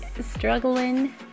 struggling